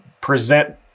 present